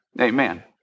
amen